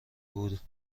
بود